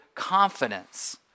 confidence